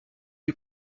lui